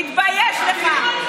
תתבייש לך.